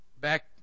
Back